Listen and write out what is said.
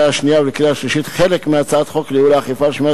לקריאה השנייה ולקריאה השלישית חלק מהצעת חוק לייעול האכיפה ולשמירה